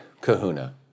kahuna